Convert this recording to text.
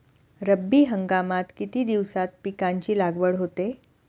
रब्बी हंगामात किती दिवसांत पिकांची लागवड होते?